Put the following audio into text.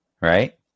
right